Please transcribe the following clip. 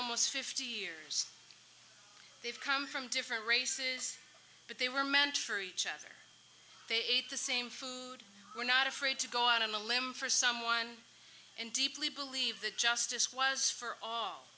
almost fifty years they've come from different races but they were meant for each other they ate the same food were not afraid to go on a limb for someone and deeply believe that justice was for all